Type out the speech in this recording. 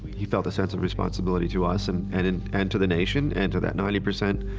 he felt a sense of responsibility to us and, and and and to the nation and to that ninety percent